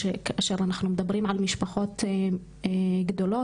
כאשר אנחנו מדברים על משפחות גדולות,